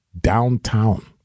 downtown